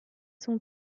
sont